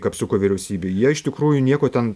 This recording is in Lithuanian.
kapsuko vyriausybėj jie iš tikrųjų nieko ten